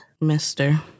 Mister